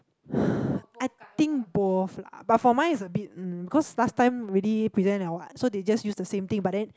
I think both lah but for mine is a bit um cause last time already present liao what so they just use the same thing but then